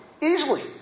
Easily